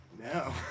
No